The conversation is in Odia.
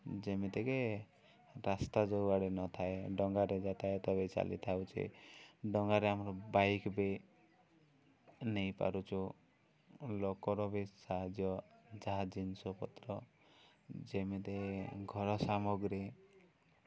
ଯେମିତିକି ରାସ୍ତା ଯେଉଁ ଆଡ଼େ ନଥାଏ ଡଙ୍ଗାରେ ଯାତାୟତ ଚାଲିଥାଉଛି ଡଙ୍ଗାରେ ଆମର ବାଇକ୍ବି ନେଇପାରୁଛୁ ଲୋକର ବି ସାହାଯ୍ୟ ଯାହା ଜିନିଷପତ୍ର ଯେମିତି ଘର ସାମଗ୍ରୀ